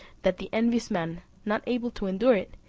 that the envious man, not able to endure it,